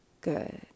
Good